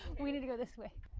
we need to go this way.